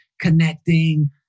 connecting